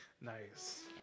Nice